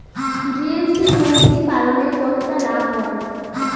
GST মুরগি পালনে কতটা লাভ হয়?